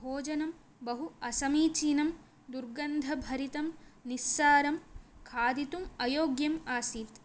भोजनं बहु असमीचीनं दुर्गन्धभरितं निस्सारं खादितुम् अयोग्यम् आसीत्